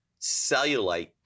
Cellulite